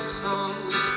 songs